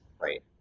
Right